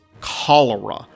cholera